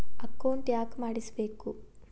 Account ಯಾಕ್ ಮಾಡಿಸಬೇಕು?